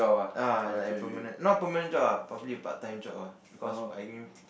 ah like a permanent not permanent not permanent job ah probably a part time job ah because I